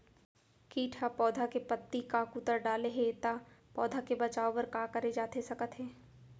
किट ह पौधा के पत्ती का कुतर डाले हे ता पौधा के बचाओ बर का करे जाथे सकत हे?